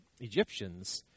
Egyptians